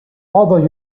although